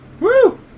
Woo